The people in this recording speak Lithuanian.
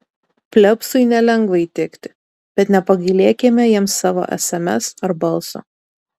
plebsui nelengva įtikti bet nepagailėkime jiems savo sms ar balso